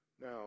Now